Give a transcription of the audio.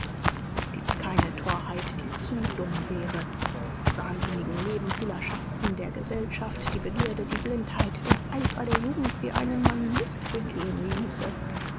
es giebt keine thorheit die zu dumm wäre daß die wahnsinnigen nebenbuhlerschaften der gesellschaft die begierde die blindheit der eifer der jugend sie einen mann nicht begehen ließe